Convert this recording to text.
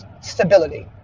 stability